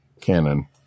canon